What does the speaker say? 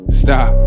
stop